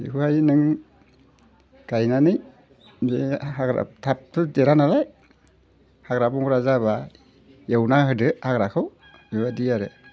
बेखौहाय नों गायनानै बे हाग्राखौ थाब थुब देरा नालाय हाग्रा बंग्रा जाबा एवना होदो हाग्राखौ बेबायदि आरो